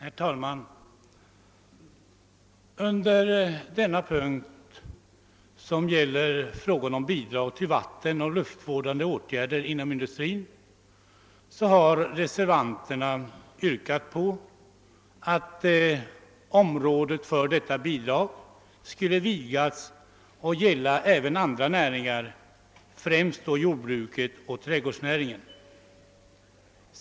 Herr talman! Under denna punkt, bidrag till vattenoch luftvårdande åtgärder inom industrin, har reservanterna yrkat att området för detta bidrag skall vidgas att gälla även andra näringar, främst då jordbruket och trädgårdsnäringen.